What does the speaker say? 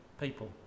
people